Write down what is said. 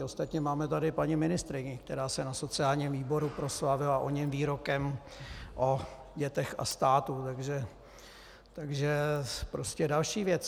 Ostatně máme tady paní ministryni, která se na sociálním výboru proslavila oním výrokem o dětech a státu, takže prostě další věc.